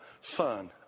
Son